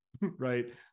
right